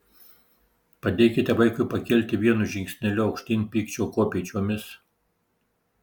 padėkite vaikui pakilti vienu žingsneliu aukštyn pykčio kopėčiomis